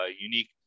unique